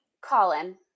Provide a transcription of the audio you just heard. Colin